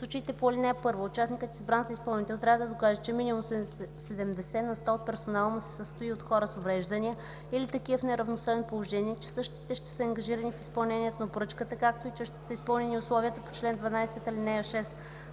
случаите по ал. 1 участникът, избран за изпълнител, трябва да докаже, че минимум 70 на сто от персонала му се състои от хора с увреждания или такива в неравностойно положение и че същите ще са ангажирани в изпълнението на поръчката, както и че са изпълнени условията на чл. 12, ал. 6.